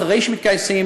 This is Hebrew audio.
אחרי שהם מתגייסים,